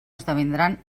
esdevindran